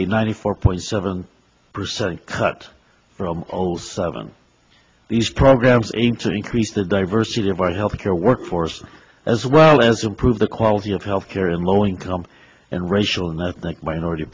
a ninety four point seven percent cut from all seven these programs aimed to increase the diversity of our health care workforce as well as improve the quality of health care in low income and racial and ethnic minority